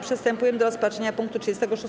Przystępujemy do rozpatrzenia punktu 36.